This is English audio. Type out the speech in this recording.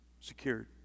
secured